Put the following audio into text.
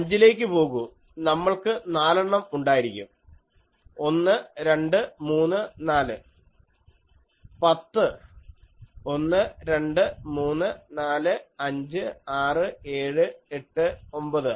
അഞ്ചിലേക്ക് പോകു നമ്മൾക്ക് നാലെണ്ണം ഉണ്ടായിരിക്കും 1 2 3 4 പത്ത് 1 2 3 4 5 6 7 8 9